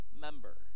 member